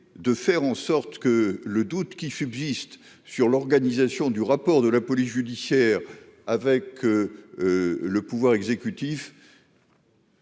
de faire en sorte que le doute qui subsiste sur l'organisation du rapport de la police judiciaire avec le pouvoir exécutif.